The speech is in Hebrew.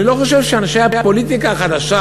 אני לא חושב שאנשי הפוליטיקה החדשה